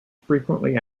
frequently